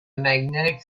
magnetic